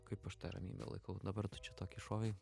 kaip aš tą ramybę laikau dabar tu čia tokį šovei